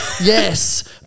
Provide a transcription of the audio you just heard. Yes